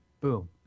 boom